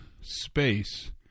space